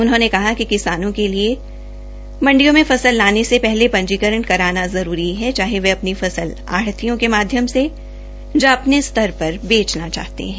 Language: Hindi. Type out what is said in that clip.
उन्होंने कहा कि किसानों के लिए मंडियों में फसल लाने से पहले मंडियों पंजीकरण कराना जरूरी है चाहे वे अपनी फसल आढतियों के माध्यम से या अपने स्तर पर बेचना चाहते हैं